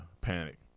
Panic